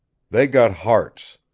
they got hearts.